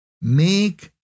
make